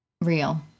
real